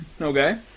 Okay